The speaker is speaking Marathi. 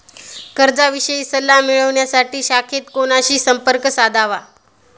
कर्जाविषयी सल्ला मिळवण्यासाठी शाखेत कोणाशी संपर्क साधावा?